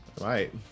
Right